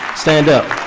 stand up.